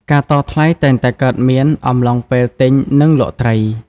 ការតថ្លៃតែងតែកើតមានអំឡុងពេលទិញ និង លក់ត្រី។